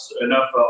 enough